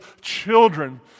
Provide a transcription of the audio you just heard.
children